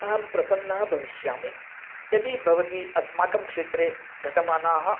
अहं प्रसन्नः भविष्यामि यदि भवती अस्माकं क्षेत्रे घटमानाः